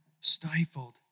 stifled